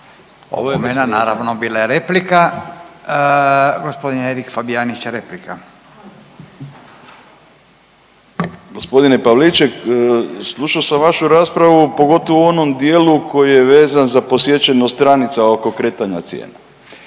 Erik Fabijanić replika. **Fabijanić, Erik (Nezavisni)** Gospodine Pavliček, slušao sam vašu raspravu pogotovo u onom dijelu koji je vezan za posjećenost stranica oko kretanja cijena.